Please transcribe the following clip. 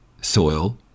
soil